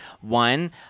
One